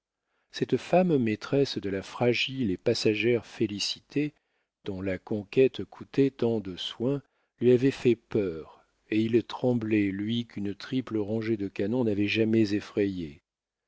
cette femme maîtresse de la fragile et passagère félicité dont la conquête coûtait tant de soins lui avait fait peur et il tremblait lui qu'une triple rangée de canons n'avait jamais effrayé